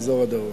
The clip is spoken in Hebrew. באזור הדרום.